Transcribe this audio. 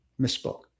Misspoke